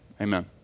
Amen